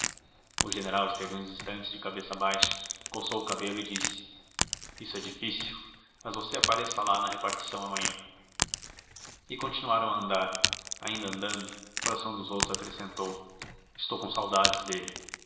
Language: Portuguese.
o general esteve uns instantes de cabeça baixa coçou o cabelo e disse isso é difícil mas você apareça lá na repartição amanhã e continuaram a andar ainda andando coração dos outros acrescentou estou com saudades dele